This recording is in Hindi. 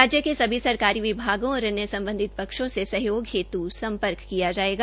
राज्य क सभी सरकारी विभागों और अन्य सम्बधित पक्षों में सहयोग हेत् सम्पर्क किया जायेगा